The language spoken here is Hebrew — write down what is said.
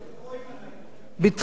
בדחילו ורחימו.